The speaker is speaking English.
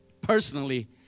personally